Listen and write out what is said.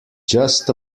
just